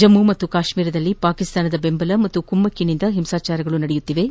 ಜಮ್ಮು ಮತ್ತು ಕಾಶ್ಮೀರದಲ್ಲಿ ಪಾಕಿಸ್ತಾನದ ಬೆಂಬಲ ಹಾಗೂ ಕುಮ್ಮಕ್ಕಿನಿಂದ ಹಿಂಸಾಚಾರಗಳು ನಡೆಯುತ್ತಿವೆ